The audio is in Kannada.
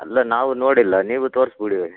ಅಲ್ಲ ನಾವು ನೋಡಿಲ್ಲ ನೀವು ತೋರಿಸ್ಬಿಡಿ